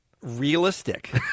Realistic